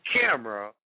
camera